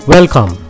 Welcome